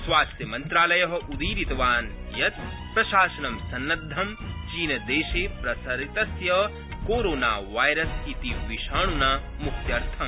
स्वास्थ्यमन्त्रालय उदीरितवान् शत् प्रशासनं सन्नद्वं चीनदेशे प्रसरितस्य कोरोन वायरस् इति विषाणुना मुक्त्यथं